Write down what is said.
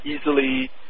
Easily